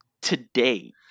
today